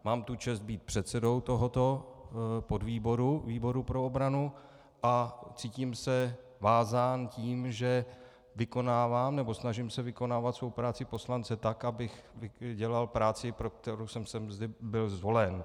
Mám tu čest být předsedou tohoto podvýboru výboru pro obranu a cítím se vázán tím, že vykonávám, nebo snažím se vykonávat svou práci poslance tak, abych dělal práci, pro kterou jsem sem byl zvolen.